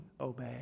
obey